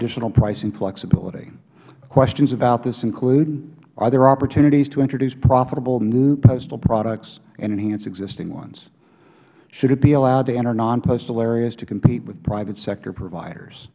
additional pricing flexibility questions about this include are there opportunities to introduce profitable new postal products and enhance existing ones should it be allowed to enter non postal areas to compete with private sector providers